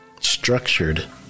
structured